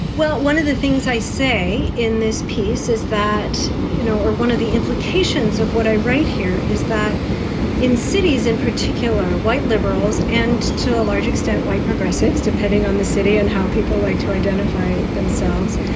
well, one of the things i say in this piece is that you know are one of the implications of what i write here is that in cities, in particular white liberals and to a large extent white progressives, depending on the city and how people like to identify themselves,